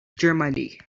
germany